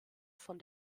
von